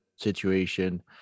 situation